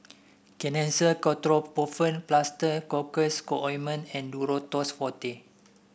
Kenhancer Ketoprofen Plaster Cocois Co Ointment and Duro Tuss Forte